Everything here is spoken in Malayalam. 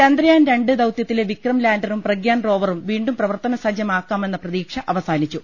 ചന്ദ്രയാൻ രണ്ട് ദൌതൃത്തിലെ വിക്രം ലാന്ററും പ്രഗ്യാൻ റോവറും വീണ്ടും പ്രവർത്തനസജ്ജമാക്കാമെന്ന പ്രതീക്ഷ അവസാനിച്ചു